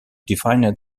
defined